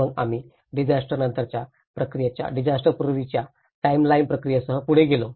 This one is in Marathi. मग आम्ही डिझास्टर नंतरच्या प्रक्रियेच्या डिझास्टरपूर्वीच्या टाइमलाइन प्रक्रियेसह पुढे गेलो